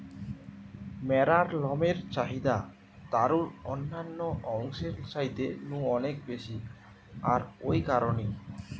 ম্যাড়ার লমের চাহিদা তারুর অন্যান্য অংশের চাইতে নু অনেক বেশি আর ঔ কারণেই